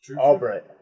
Albright